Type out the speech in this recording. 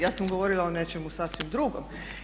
Ja sam govorila o nečemu sasvim drugom.